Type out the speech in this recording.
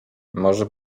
może